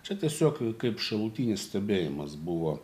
čia tiesiog kaip šalutinis stebėjimas buvo